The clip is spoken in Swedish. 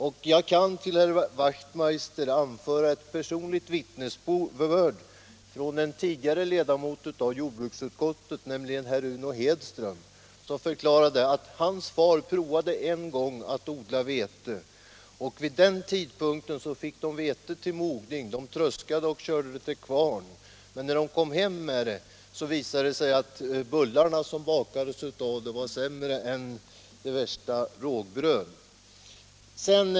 Och jag kan till herr Wachtmeister anföra ett personligt vittnesbörd från en tidigare ledamot av jordbruksutskottet, nämligen herr Uno Hedström, som förklarade att hans far en gång prövade på att odla vete där uppe. Den gången fick de vetet till mogning, de tröskade och körde det till kvarn - men när de kom hem med vetet visade det sig att bullarna som bakades av det var sämre än det sämsta rågbröd.